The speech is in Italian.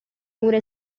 mura